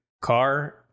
car